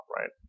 right